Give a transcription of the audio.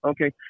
Okay